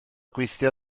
gweithio